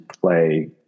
play